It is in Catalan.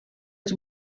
els